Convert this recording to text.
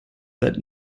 that